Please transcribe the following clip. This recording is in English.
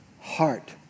heart